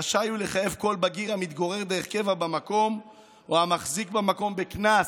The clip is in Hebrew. הוא רשאי לחייב כל בגיר המתגורר דרך קבע במקום או המחזיק במקום בקנס.